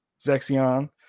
Zexion